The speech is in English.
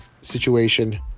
situation